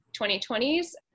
2020's